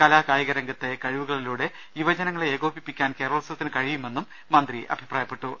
കലാ കായിക രംഗത്തെ കഴിവുകളിലൂടെ യുവജനങ്ങളെ ഏകോപിപ്പിക്കാൻ കേര ളോത്സവത്തിന് കഴിയുമെന്നും മന്ത്രി അഭിപ്രായപ്പെട്ടു